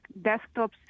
desktops